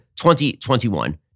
2021